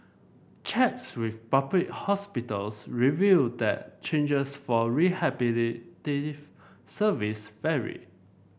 checks with public hospitals revealed that charges for rehabilitative services vary